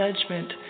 judgment